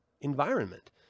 environment